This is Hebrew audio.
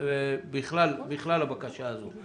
בכלל הבקשה הזו.